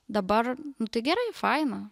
dabar tai gerai faina